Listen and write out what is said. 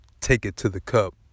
take-it-to-the-cup